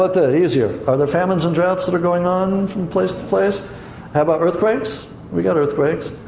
but easier. are there famines and droughts that are going on, from place to place? how about earthquakes? we got earthquakes.